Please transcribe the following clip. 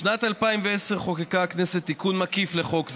בשנת 2010 חוקקה הכנסת תיקון מקיף לחוק זה,